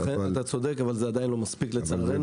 אכן, אתה צודק, אבל זה עדיין לא מספיק לצערנו.